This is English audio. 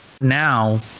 now